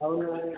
हो ना